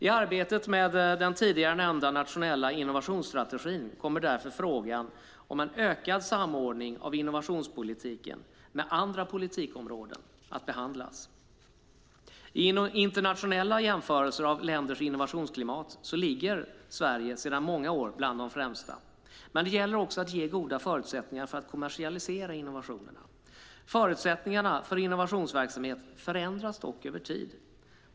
I arbetet med den tidigare nämnda nationella innovationsstrategin kommer därför frågan om en ökad samordning av innovationspolitiken med andra politikområden att behandlas. I internationella jämförelser av länders innovationsklimat ligger Sverige sedan många år bland de främsta. Det gäller också att ge goda förutsättningar för att kommersialisera innovationerna. Förutsättningarna för innovationsverksamhet förändras dock över tid.